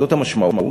זאת המשמעות.